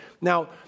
Now